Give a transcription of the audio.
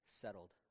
settled